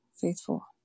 faithful